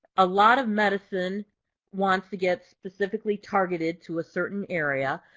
a lot of medicine wants to get specifically targeted to a certain area.